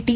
T